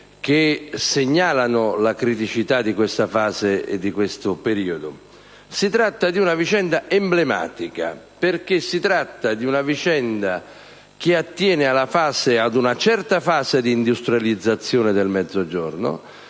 che segnalano la criticità di questa fase e di questo periodo; si tratta di una vicenda emblematica, perché attiene ad una certa fase di industrializzazione del Mezzogiorno,